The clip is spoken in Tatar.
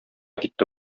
китте